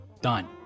done